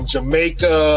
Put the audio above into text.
Jamaica